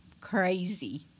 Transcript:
crazy